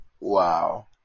wow